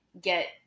get